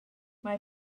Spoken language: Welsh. mae